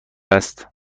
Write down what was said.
است